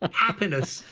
ah happiness,